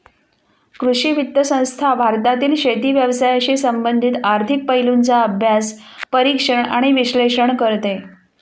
कृषी वित्त संस्था भारतातील शेती व्यवसायाशी संबंधित आर्थिक पैलूंचा अभ्यास, परीक्षण आणि विश्लेषण करते